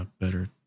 better